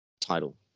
title